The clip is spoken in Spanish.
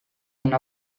una